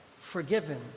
forgiven